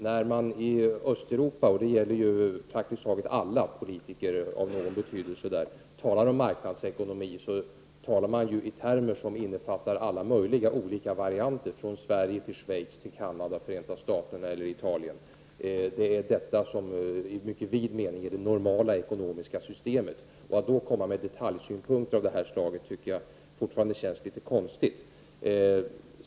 När man i Östeuropa — det gäller praktiskt taget alla politiker där av någon betydelse — talar om marknadsekonomi, talar man i termer som innefattar alla möjliga olika varianter från Sverige till Schweiz, Canada, Förenta Staterna eller till Italien. Det är detta som i mycket vid mening är det normala ekonomiska systemet. Jag tycker då att det känns litet konstigt att komma med detaljsynpunkter av det här slaget.